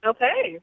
Okay